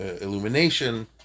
illumination